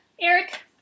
Eric